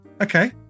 okay